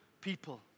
people